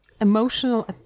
emotional